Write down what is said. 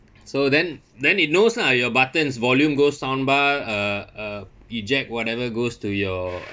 so then then it knows lah your buttons volume go sound bar uh uh eject whatever goes to your